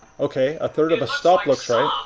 okay, a third of a stop looks right.